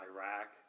Iraq